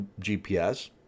GPS